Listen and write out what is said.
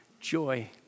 joy